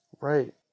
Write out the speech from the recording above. Right